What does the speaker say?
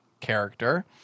Character